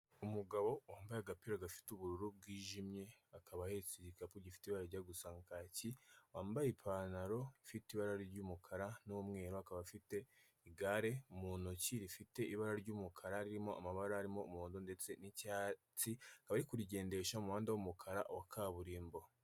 Umugabo wambaye agapira gafite ubururu bwijimye, akabahetse igikapu gifite ibara rajya gusa nka kacye, wambaye ipantaro ifite ibara ry'umukara n'umweru akaba afite igare mu ntoki rifite ibara ry'umukara ririmo amabara arimo umuhondo ndetse ari kurigendesha umuhanda w'umukara wa kaburimbo.